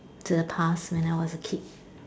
to the past when I was a kid